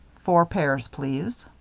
four pairs, please.